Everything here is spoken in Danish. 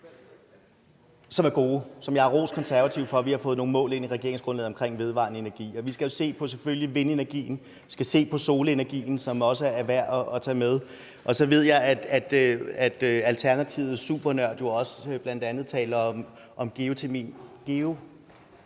som er gode, og som jeg har rost Konservative for. Vi har fået nogle mål ind i regeringsgrundlaget om vedvarende energi, og vi skal selvfølgelig se på vindenergien, vi skal se på solenergien, som også er værd at tage med. Og så ved jeg, at Alternativets supernørd jo taler om bl.a. geotermi – jeg